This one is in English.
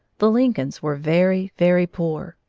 the lincolns were very, very poor.